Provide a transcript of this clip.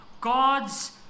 God's